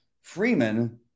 freeman